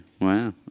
Wow